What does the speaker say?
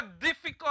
difficult